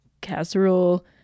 Casserole